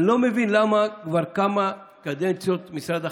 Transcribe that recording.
אני לא מבין למה כבר כמה קדנציות משרד החקלאות,